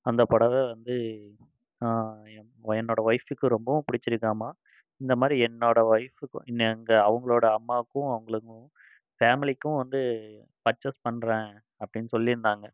அந்த புடவ வந்து என் என்னோட ஒய்ஃபுக்கு ரொம்பவும் பிடிச்சிருக்காமா இந்த மாதிரி என்னோட ஒய்ஃபுக்கும் எங்கள் அவங்களோட அம்மாவுக்கும் அவங்களுக்கும் ஃபேம்லிக்கும் வந்து பர்ச்சேஸ் பண்ணுறேன் அப்படின்னு சொல்லியிருந்தாங்க